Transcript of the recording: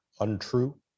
untrue